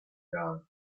down